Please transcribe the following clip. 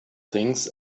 things